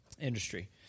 industry